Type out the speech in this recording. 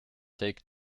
take